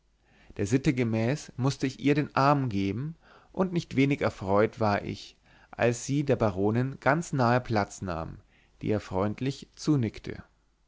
der sitte gemäß mußte ich ihr den arm geben und nicht wenig erfreut war ich als sie der baronin ganz nahe platz nahm die ihr freundlich zunickte